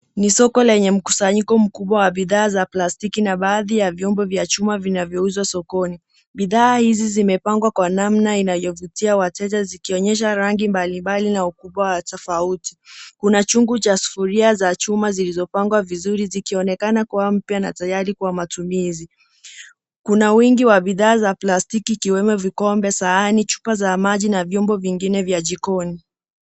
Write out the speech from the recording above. Ni soko lenye mkusanyiko mkubwa wa bidhaa za plastiki na baadhi ya vyombo vya chuma vinavyouzwa sokoni. Bidhaa hizi zimepangwa kwa namna inayovutia wateja zikionyesha rangi mbalimbali na ukubwa wa tofauti. Kuna chungu cha sufuria za chuma zilizopangwa vizuri zikionekana kua mpya na tayari kwa matumizi. Kuna wingi wa bidhaa za plastiki ikiwemo vikombe, sahani, chupa za maji na vyombo vingine vya jikoni.